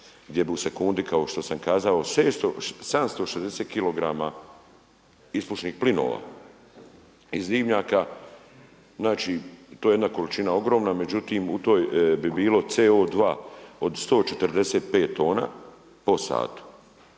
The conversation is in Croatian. gdje bi u sekundi, kao šta sam kazao, 760 kilograma ispušnih plinova iz dimnjaka, znači to je jedna količina ogromna, međutim u toj bi bilo CO2 od 145 tona po satu.